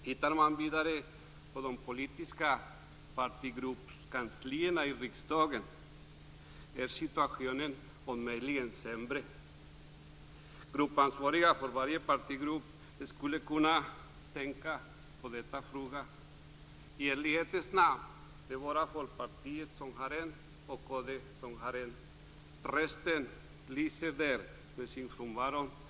Tittar man vidare på de politiska partigruppskanslierna i riksdagen är situationen om möjligt ännu sämre. Gruppansvariga för varje partigrupp skulle kunna arbeta med frågan. I ärlighetens namn skall jag säga att Folkpartiet har en person med rötter utanför Norden, och Kristdemokraterna har en.